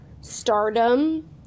stardom